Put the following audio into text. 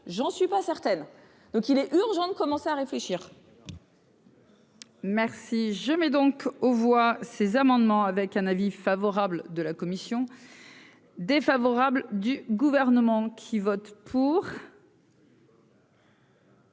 j'en suis pas certaine, donc il est urgent de commencer à réfléchir. Merci, je mets donc aux voix ces amendements avec un avis favorable de la commission défavorable du gouvernement qui vote pour.